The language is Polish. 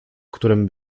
którym